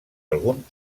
algun